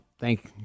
thank